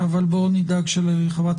להתייחס.